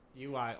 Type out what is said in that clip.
UI